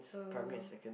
so